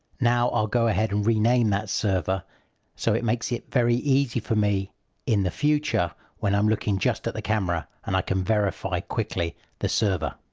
now. i'll go ahead and rename that server so it makes it very easy for me in the future when i'm looking just at the camera, and i can verify quickly the server.